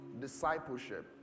Discipleship